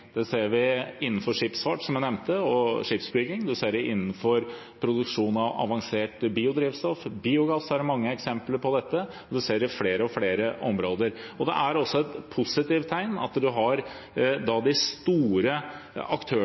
Det ser vi innenfor skipsfart, som jeg nevnte, og skipsbygging, man ser det innenfor produksjon av avansert biodrivstoff, biogass – det er mange eksempler på dette. Man ser det på flere og flere områder. Det er også et positivt tegn at